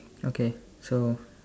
okay so